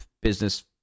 business